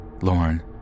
Lauren